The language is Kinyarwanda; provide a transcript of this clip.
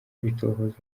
itohoza